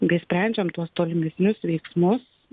bei sprendžiam tuos tolimesnius veiksmus